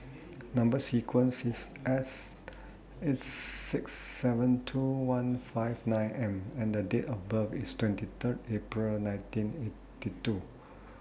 Number sequence IS S eight six seven two one five nine M and Date of birth IS twenty Third April nineteen eighty two